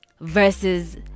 versus